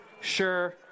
sure